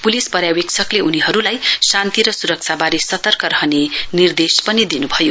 police पर्यावेक्षकले उनीहरूलाई शान्ति र सुरक्षाबारे सतर्क रहने निर्देश पनि दिनु भयो